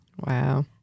Wow